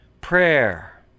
prayer